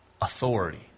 authority